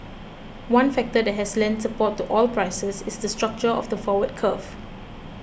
one factor that has lent support to oil prices is the structure of the forward curve